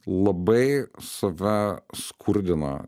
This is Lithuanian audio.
labai save skurdina